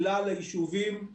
כלל היישובים,